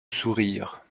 sourire